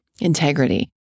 integrity